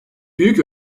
büyük